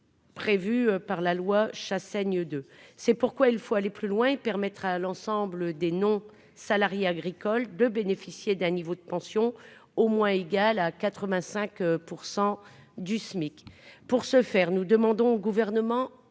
Prévue par la loi Chassaigne de, c'est pourquoi il faut aller plus loin et permettra à l'ensemble des non-salariés agricoles de bénéficier d'un niveau de pension au moins égal à 85 % du SMIC, pour ce faire, nous demandons au gouvernement